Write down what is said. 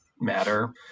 matter